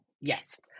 Yes